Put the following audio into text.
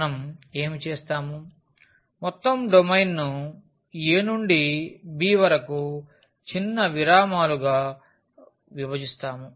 మనం ఏమి చేస్తాము మొత్తం డొమైన్ను a నుండి b వరకు చిన్న విరామాలు గా విభజిస్తాము